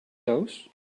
those